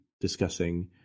discussing